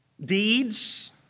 deeds